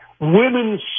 Women